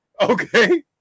Okay